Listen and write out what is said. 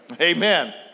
Amen